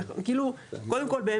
קודם כל,